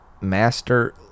master